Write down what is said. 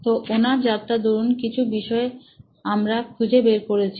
তো ওনার যাত্রার দারুন কিছু বিষয় আমরা খুঁজে বের করেছি